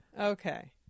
Okay